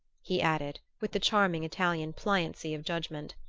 he added, with the charming italian pliancy of judgment.